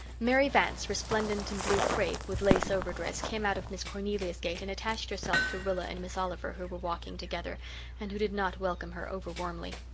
mary vance, resplendent in blue crepe, with lace overdress, came out of miss cornelia's gate and attached herself to rilla and miss oliver who were walking together and who did not welcome her over-warmly.